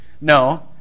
No